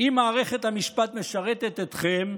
אם מערכת המשפט משרתת אתכם,